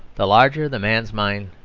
the larger the man's mind,